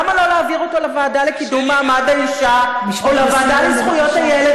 למה לא להעביר אותו לוועדה לקידום מעמד האישה או לוועדה לזכויות הילד?